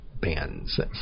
bands